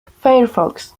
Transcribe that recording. firefox